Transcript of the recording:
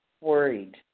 worried